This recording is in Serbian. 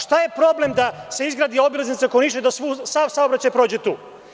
Šta je problem da se izgradi obilaznica oko Niša i da sav saobraćaj prođe tu?